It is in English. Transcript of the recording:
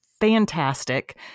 Fantastic